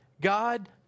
God